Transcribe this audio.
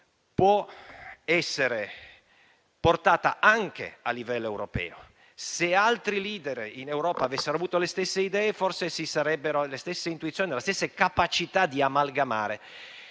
può essere portata anche a livello europeo. Se altri *leader* in Europa avessero avuto le stesse idee, le stesse intuizioni e la stessa capacità di amalgamare,